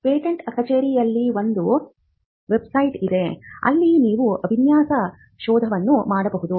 patent ಕಚೇರಿಯಲ್ಲಿ ಒಂದು website ಇದೆ ಅಲ್ಲಿ ನೀವು ವಿನ್ಯಾಸ ಶೋಧವನ್ನು ಮಾಡಬಹುದು